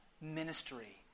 ministry